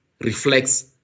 reflects